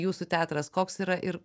jūsų teatras koks yra ir